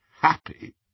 happy